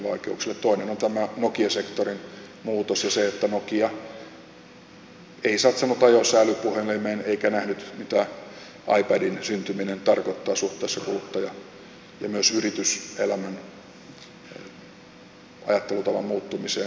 toinen on tämä nokia sektorin muutos ja se että nokia ei satsannut ajoissa älypuhelimeen eikä nähnyt mitä ipadin syntyminen tarkoittaa suhteessa kuluttajaan ja myös yrityselämän ajattelutavan muuttumiseen